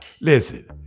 listen